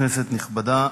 כנסת נכבדה,